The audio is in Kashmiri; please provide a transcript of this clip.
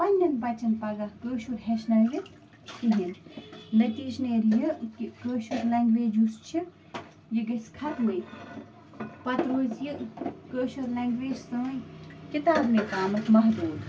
پنٛنٮ۪ن بچن پگاہ کٲشُر ہٮ۪چھنٲوِتھ کِہیٖنۍ نتیٖجہٕ نیرِ یہِ کہِ کٲشُر لنٛگویج یُس چھِ یہِ گَژھِ ختمٕے پتہٕ روزِ یہِ کٲشٕر لنٛگویج سٲنۍ کِتابنٕے تامتھ محدوٗد